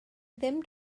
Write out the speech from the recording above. ddim